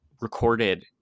recorded